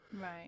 right